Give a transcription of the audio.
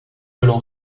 veulent